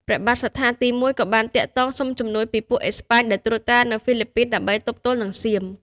ព្រះបាទសត្ថាទី១ ក៏បានទាក់ទងសុំជំនួយពីពួកអេស្ប៉ាញដែលត្រួតត្រានៅហ្វីលីពីន ដើម្បីទប់ទល់នឹងសៀម។